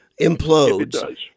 implodes